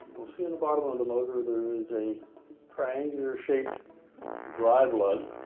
you'll see in the bottom of the motor there is a triangular-shaped drive lug